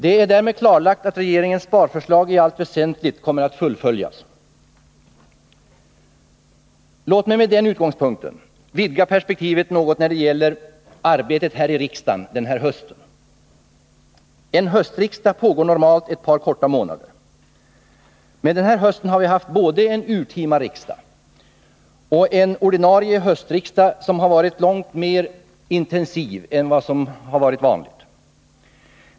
Det är därmed klarlagt att regeringens sparförslag i allt väsentligt kommer att fullföljas. Låt mig med den utgångspunkten vidga perspektivet något när det gäller riksdagens arbete under den här hösten. En höstriksdag pågår normalt ett par korta månader. Men den här hösten har vi haft både ett urtima riksmöte och en ordinarie höstriksdag långt mer intensiv än vanligt.